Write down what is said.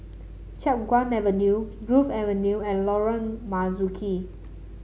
Chiap Guan Avenue Grove Avenue and Lorong Marzuki